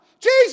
Jesus